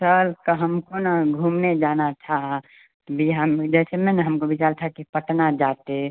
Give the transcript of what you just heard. sir तो हमको ना घूमने जाना था ती बिहार में जैसे हमकों विचार था कि पाटना जाते